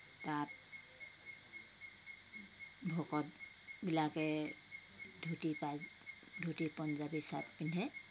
তাত ভকতবিলাকে ধুতি পা ধুতি পঞ্জাৱী শ্বাৰ্ট পিন্ধে